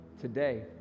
Today